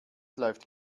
läuft